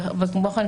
וכמו כן,